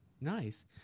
Nice